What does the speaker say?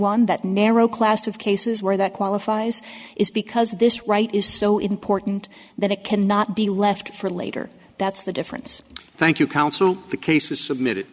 one that narrow class of cases where that qualifies is because this right is so important that it cannot be left for later that's the difference thank you counsel the case was submitted